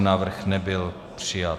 Návrh nebyl přijat.